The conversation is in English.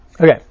Okay